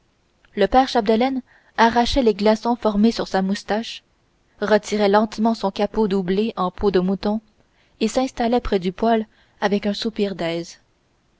le père chapdelaine arrachait les glaçons formés sur sa moustache retirait lentement son capot doublé en peau de mouton et s'installait près du poêle avec un soupir d'aise